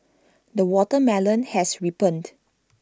the watermelon has ripened